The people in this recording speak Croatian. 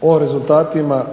o rezultatima